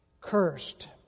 cursed